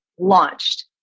launched